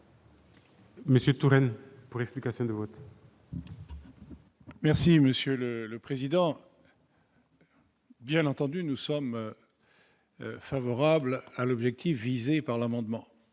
Monsieur Touraine pour explication de vote. Merci Monsieur le le président. Bien entendu, nous sommes favorables à l'objectif visé par l'amendement,